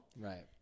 Right